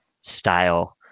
style